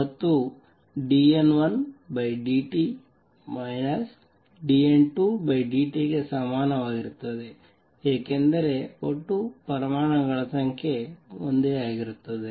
ಮತ್ತು dN1dt dN2dt ಗೆ ಸಮಾನವಾಗಿರುತ್ತದೆ ಏಕೆಂದರೆ ಒಟ್ಟು ಪರಮಾಣುಗಳ ಸಂಖ್ಯೆ ಒಂದೇ ಆಗಿರುತ್ತದೆ